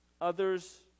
others